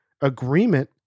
agreement